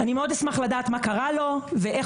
זה לא יכול להיות שזה יהיה כל קבוצות הילדים,